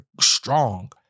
strong